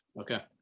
Okay